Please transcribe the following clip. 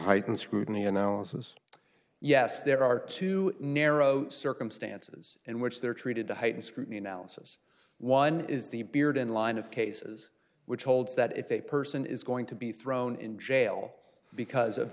heightened scrutiny analysis yes there are two narrow circumstances in which they are treated the heightened scrutiny analysis one is the beard and line of cases which holds that if a person is going to be thrown in jail because of